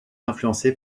influencé